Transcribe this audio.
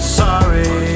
sorry